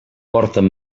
porten